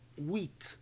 week